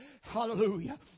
Hallelujah